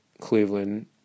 cleveland